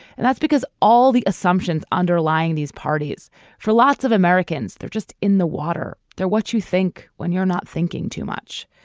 and that's because all the assumptions underlying these parties for lots of americans they're just in the water they're what you think when you're not thinking too much.